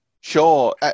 Sure